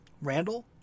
Randall